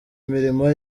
imirimo